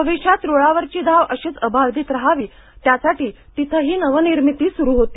भविष्यात रुळावरची धाव अशीच अबाधित रहावी यासाठी तिथंही नवनिर्मिती सुरू होती